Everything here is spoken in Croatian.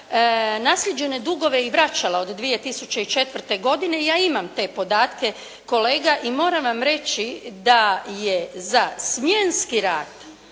naslijeđene dugove i vraćala od 2004. godine, ja imam te podatke kolega, i moram vam reći da je za smjenski rad